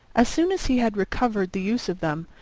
as soon as he had recovered the use of them,